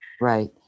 Right